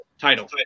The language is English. title